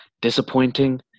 Disappointing